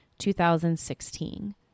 2016